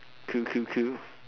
cool cool cool